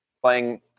playing